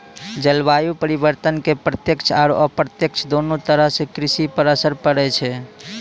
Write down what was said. जलवायु परिवर्तन के प्रत्यक्ष आरो अप्रत्यक्ष दोनों तरह सॅ कृषि पर असर पड़ै छै